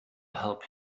help